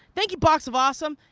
thank you box of awesome!